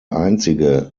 einzige